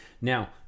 Now